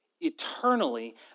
eternally